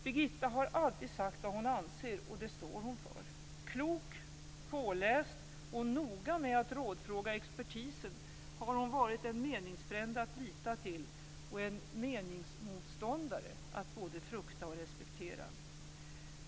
Birgitta har alltid sagt vad hon anser, och det hon står för. Klok, påläst och noga med att rådfråga expertisen har hon varit en meningsfrände att lita till och en meningsmotståndare att både frukta och respektera.